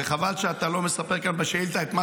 וחבל שאתה לא מספר כאן בשאילתה את מה